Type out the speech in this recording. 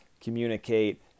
communicate